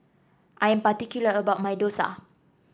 I'm particular about my dosa